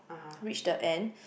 reach the end